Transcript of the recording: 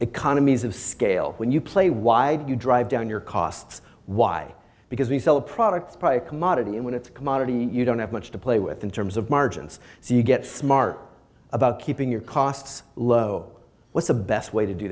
economies of scale when you play why you drive down your costs why because we sell a product commodity and when it's a commodity you don't have much to play with in terms of margins so you get smart about keeping your costs low what's the best way to do